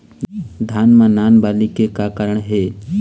धान म नान बाली के का कारण हे?